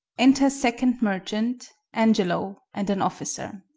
enter second merchant, angelo, and an officer